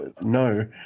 no